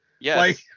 Yes